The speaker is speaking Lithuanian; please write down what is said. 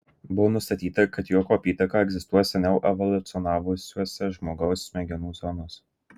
buvo nustatyta kad juoko apytaka egzistuoja seniau evoliucionavusiose žmogaus smegenų zonose